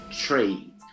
trade